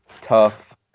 tough